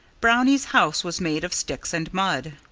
brownie's house was made of sticks and mud.